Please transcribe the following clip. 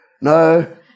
No